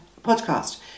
podcast